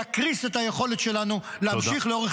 יקריס את היכולת שלנו להמשיך לאורך